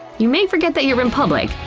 you may forget that you're in public,